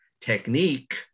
Technique